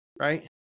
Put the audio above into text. right